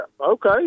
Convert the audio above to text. okay